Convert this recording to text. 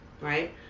right